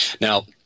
Now